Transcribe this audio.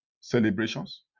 celebrations